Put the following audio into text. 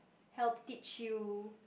help teach you